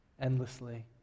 endlessly